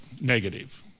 negative